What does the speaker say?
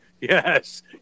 Yes